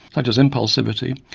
such as impulsivity,